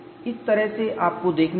इस तरह से आपको इसे देखना होगा